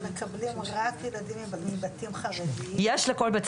מיכל צ'רנוביצקי מקדמת מדיניות תחום חרדים הלל בלייך